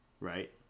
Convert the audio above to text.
right